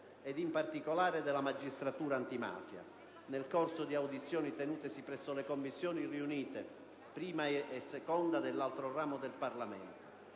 ed in particolare dalla magistratura antimafia - nel corso di audizioni tenutesi presso le Commissioni riunite I e II dell'altro ramo del Parlamento.